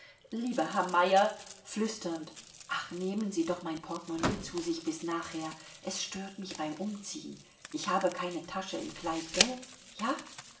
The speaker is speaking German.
lieber herr meyer flüsternd ach nehmen sie doch mein portemonaie zu sich bis nachher es stört mich beim umziehn ich habe keine tasche im kleid gell ja